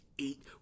eight